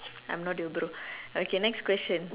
I'm not your bro okay next question